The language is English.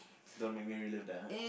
don't make me relieve that hard